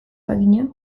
bagina